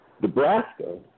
Nebraska